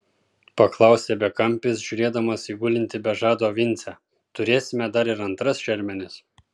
paklausė bekampis žiūrėdamas į gulintį be žado vincę turėsime dar ir antras šermenis